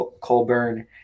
Colburn